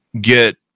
get